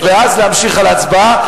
ואז להמשיך בהצבעה.